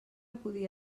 podia